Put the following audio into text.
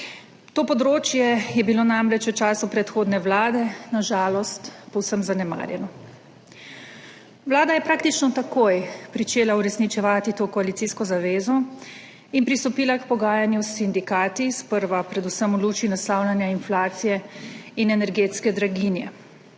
to področje je bilo namreč v času predhodne vlade na žalost povsem zanemarjeno. Vlada je praktično takoj začela uresničevati to koalicijsko zavezo in pristopila k pogajanju s sindikati. Sprva predvsem v luči naslavljanja inflacije in energetske draginje,